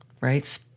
right